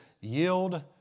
yield